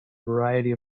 variety